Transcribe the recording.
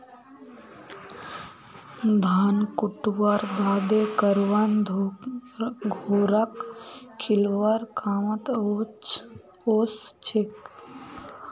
धान कुटव्वार बादे करवान घोड़ाक खिलौव्वार कामत ओसछेक